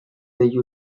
degli